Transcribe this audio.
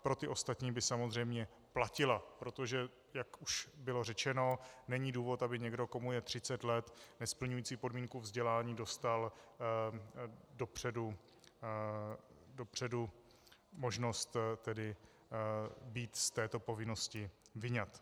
Pro ty ostatní by samozřejmě platila, protože jak už bylo řečeno, není důvod, aby někdo, komu je třicet let, nesplňující podmínku vzdělání, dostal dopředu možnost být tedy z této povinnosti vyňat.